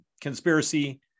conspiracy